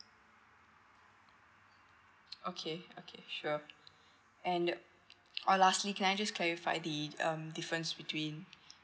okay okay sure and oh lastly can I just clarify the um difference between